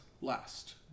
last